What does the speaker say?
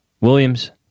Williams